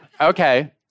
Okay